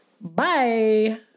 Bye